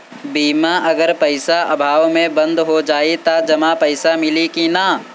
बीमा अगर पइसा अभाव में बंद हो जाई त जमा पइसा मिली कि न?